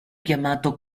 chiamato